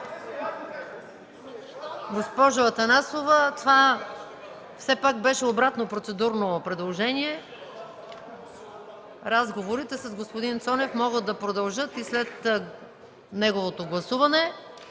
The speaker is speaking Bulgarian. Госпожо Атанасова, това все пак беше обратно процедурно предложение. Разговорите с господин Цонев могат да продължат и след гласуването